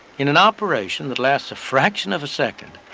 in an operation that lasts a fraction of a second,